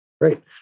Great